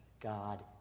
God